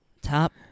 Top